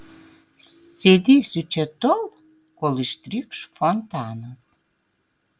sėdėsiu čia tol kol ištrykš fontanas